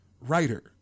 writer